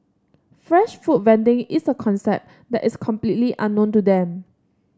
fresh food vending is a concept that is completely unknown to them